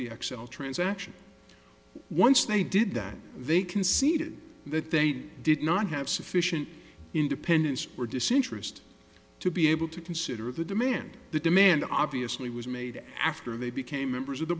xcel transaction once they did that they conceded that they did not have sufficient independence or disinterest to be able to consider the demand the demand obviously was made after they became members of the